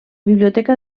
biblioteca